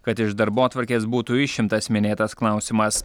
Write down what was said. kad iš darbotvarkės būtų išimtas minėtas klausimas